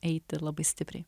eiti labai stipriai